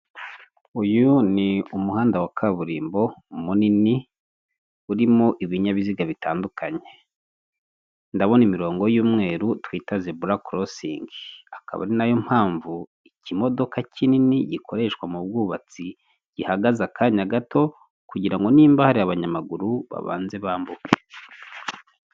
Uyu ni umuhanda wa kaburimbo munini urimo ibinyabiziga bitandukanye. Ndabona imirongo y'umweru twite zebura korosingi akaba ari nayo mpamvu ikimodoka kinini gikoreshwa mu bwubatsi gihagaze akanya gato, kugira nimba hari abanyamaguru babanze bambuke.